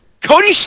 Cody